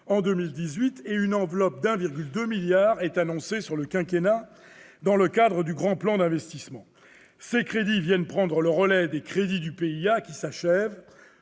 en 2018 et une enveloppe de 1,2 milliard d'euros est annoncée sur le quinquennat dans le cadre du Grand Plan d'investissement. Ces crédits viennent prendre le relais des crédits du programme